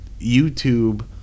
YouTube